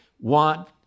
want